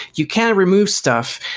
you can remove stuff,